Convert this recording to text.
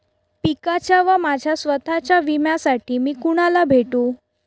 पिकाच्या व माझ्या स्वत:च्या विम्यासाठी मी कुणाला भेटू?